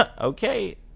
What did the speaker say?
okay